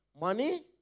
money